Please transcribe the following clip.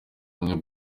umwe